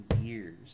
years